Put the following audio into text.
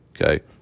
okay